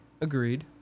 Agreed